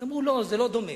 אז אמרו: לא, זה לא דומה.